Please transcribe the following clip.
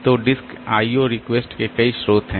तो disk IO रिक्वेस्टों के कई स्रोत हैं